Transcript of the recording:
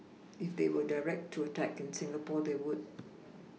if they were directed to attack in Singapore they would